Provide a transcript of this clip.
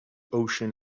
ocean